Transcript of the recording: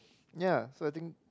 ya so I think